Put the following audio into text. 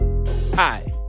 Hi